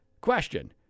question